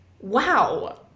wow